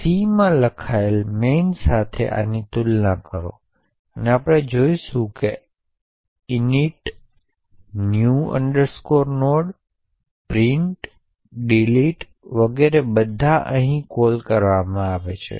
એક 32 બીટ માટે છે અને બીજું 64 બીટ માટે છે